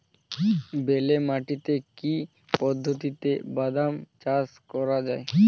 বেলে মাটিতে কি পদ্ধতিতে বাদাম চাষ করা যায়?